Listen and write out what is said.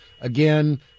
again